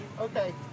Okay